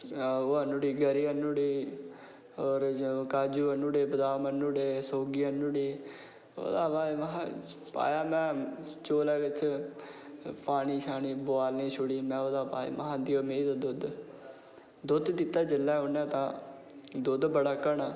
उऐ आह्नी ओड़े काजू आह्नी ओड़े बादाम आह्नी ओड़े सोगी आह्नी ओड़ी ओह्दे बाद पाया में चौलें दे बिच पानी बोआलनै गी छुड़ी दिन्नां ते ओह्दे बाद में हा देओ मेहीं दा दुद्ध उत्त जेल्लै दित्ता उनें तां दुद्ध बड़ा घना